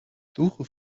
suche